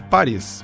Paris